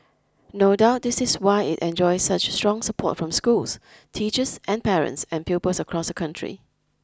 no doubt this is why it enjoys such strong support from schools teachers and parents and pupils across the country